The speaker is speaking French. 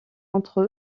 entre